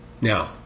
Now